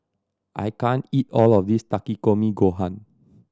I can't eat all of this Takikomi Gohan